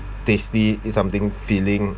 tasty eat something filling